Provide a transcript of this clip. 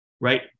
Right